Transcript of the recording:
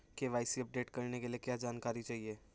KYC update करने के लिए क्या जानकारी चाहिए?